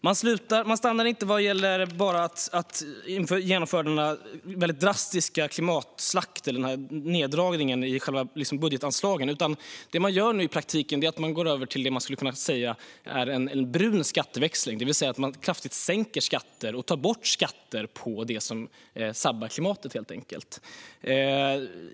Men man stannar inte vid att genomföra en drastisk klimatslakt eller neddragning i själva budgetanslagen, utan det man gör i praktiken är att gå över till vad som kan sägas vara en brun skatteväxling, det vill säga man sänker kraftigt skatter eller tar bort skatter på det som sabbar klimatet.